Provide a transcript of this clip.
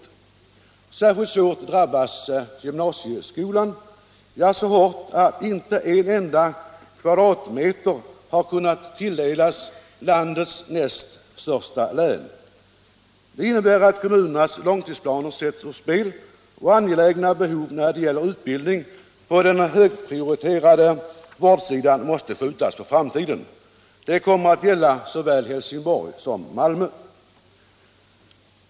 Gymnasieskolan drabbas särskilt hårt — så hårt att inte en enda kvadratmeter har kunnat tilldelas landets näst största län. Detta innebär att kommunernas långtidsplaner sätts ur spel och angelägna behov för utbildningen på den högprioriterade vårdsidan måste skjutas på framtiden. Detta kommer att gälla för såväl Helsingborg som Malmö.